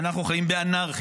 אנחנו חיים באנרכיה,